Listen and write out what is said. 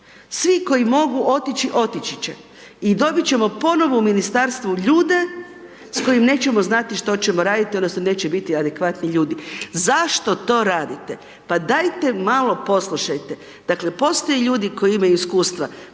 Svi koji mogu otići, otići će. I dobit ćemo ponovo u ministarstvu ljude s kojim nećemo znati što ćemo raditi odnosno neće biti adekvatni ljudi. Zašto to radite? Pa dajte malo poslušajte, dakle postoje ljudi koji imaju iskustva,